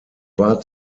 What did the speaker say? war